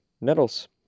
Nettles